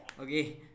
Okay